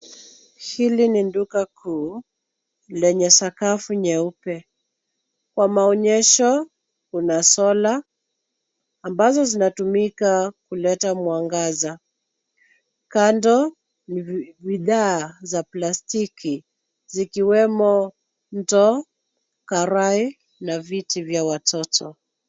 Hili ni duka kuu lenye sakafu nyeupe. Kwa maonyesho kuna solar ambazo zinatumika kuleta mwangaza. Kando ni bidhaa za plastiki zikiwemo mto, karai na viti vya watoto.